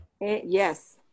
yes